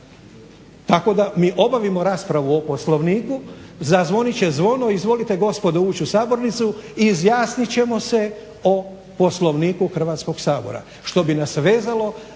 tako da mi obavimo raspravu o Poslovniku. Zazvonit će zvono, izvolite gospodo ući u sabornicu i izjasnit ćemo se o Poslovniku Hrvatskog sabora